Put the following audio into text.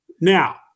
Now